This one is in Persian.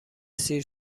سیر